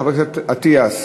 חבר הכנסת אטיאס.